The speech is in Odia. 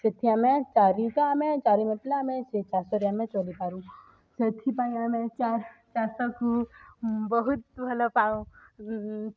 ସେଠି ଆମେ ଚାରି ତ ଆମେ ଚାରି ଲୋକ ଆମେ ସେଇ ଚାଷରେ ଆମେ ଚଳିପାରୁ ସେଥିପାଇଁ ଆମେ ଚାଷକୁ ବହୁତ ଭଲପାଉ